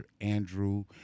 Andrew